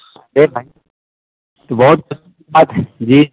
اے بھائی تو بہت بات ہے جی